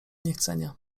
niechcenia